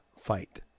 fight